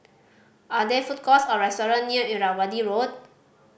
are there food courts or restaurant near Irrawaddy Road